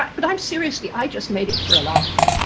but but um seriously i just made it for a laugh,